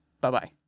bye-bye